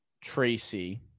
Tracy